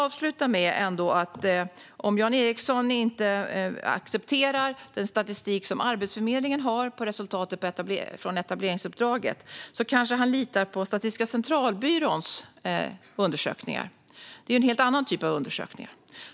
Avslutningsvis vill jag säga att om Jan Ericson inte accepterar Arbetsförmedlingens statistik angående resultatet från etableringsuppdraget kanske han ändå litar på Statistiska Centralbyråns undersökningar, som är av en helt annan typ.